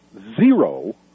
zero